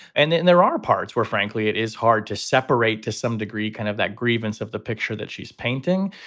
and then there are parts where, frankly, it is hard to separate to some degree kind of that grievance of the picture that she's painting.